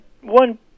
one